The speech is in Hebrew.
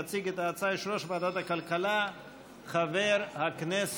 יציג את ההצעה יושב-ראש ועדת הכלכלה חבר הכנסת